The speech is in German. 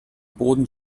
boden